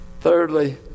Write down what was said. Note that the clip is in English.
thirdly